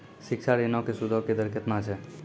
शिक्षा ऋणो के सूदो के दर केतना छै?